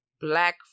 Black